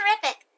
terrific